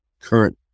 current